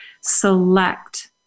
select